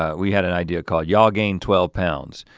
ah we had an idea called y'all gain twelve pounds,